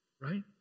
Right